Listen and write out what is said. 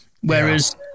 Whereas